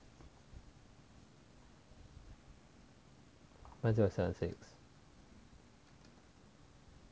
one zero seven six